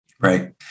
Right